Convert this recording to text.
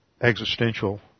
existential